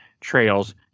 trails